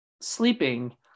sleeping